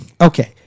Okay